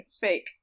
Fake